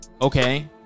Okay